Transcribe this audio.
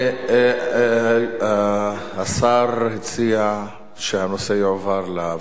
השר הציע שהנושא יועבר לוועדה.